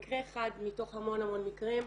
מקרה אחד מתוך המון המון מקרים,